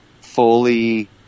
fully